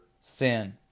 sin